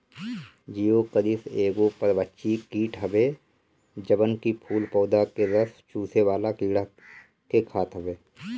Geocoris एगो परभक्षी कीट हवे जवन की फूल पौधा के रस चुसेवाला कीड़ा के खात हवे